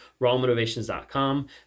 rawmotivations.com